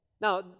Now